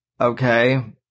Okay